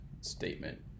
statement